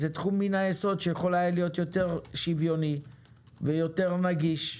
זה תחום מן הסוד שיכול היה להיות יותר שוויוני ויותר נגיש,